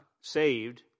saved